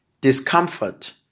discomfort